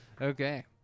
Okay